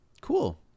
Cool